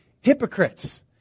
hypocrites